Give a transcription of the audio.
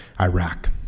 Iraq